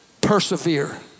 persevere